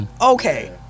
okay